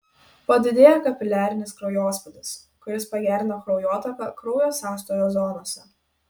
padidėja kapiliarinis kraujospūdis kuris pagerina kraujotaką kraujo sąstovio zonose